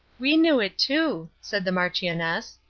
we knew it too, said the marchioness.